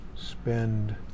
spend